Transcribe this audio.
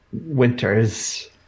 winters